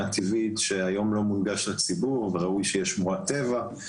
טבעית שאינו מונגש לציבור וראוי שייהפך לשמורת טבע.